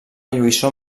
lluïssor